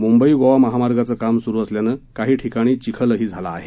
मुंबई गोवा महामार्गाचं काम सुरु असल्यानं काही ठिकाणी चिखल झाला आहे